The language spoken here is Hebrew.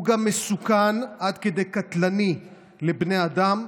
הוא גם מסוכן עד כדי קטלני לבני אדם,